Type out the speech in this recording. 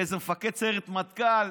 באיזה מפקד סיירת מטכ"ל,